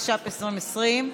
התש"ף 2020,